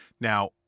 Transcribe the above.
Now